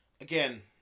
again